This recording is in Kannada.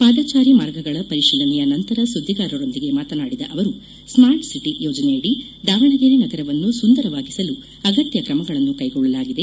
ಪಾದಾಚಾರಿ ಮಾರ್ಗಗಳ ಪರಿಶೀಲನೆಯ ನಂತರ ಸುದ್ದಿಗಾರರೊಂದಿಗೆ ಮಾತನಾಡಿದ ಅವರು ಸ್ಮಾರ್ಟ್ ಸಿಟಿ ಯೋಜನೆಯಡಿ ದಾವಣಗೆರೆ ನಗರವನ್ನು ಸುಂದರವಾಗಿಸಲು ಅಗತ್ಯ ಕ್ರಮಗಳನ್ನು ಕೈಗೊಳ್ಳಲಾಗಿದೆ